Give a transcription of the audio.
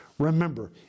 Remember